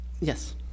Yes